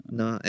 no